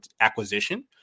acquisition